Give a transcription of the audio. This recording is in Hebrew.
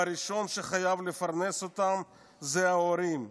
והראשון שחייב לפרנס אותם הוא ההורים.